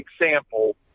example